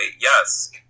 yes